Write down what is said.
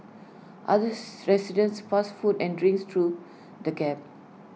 others residents passed food and drinks through the gap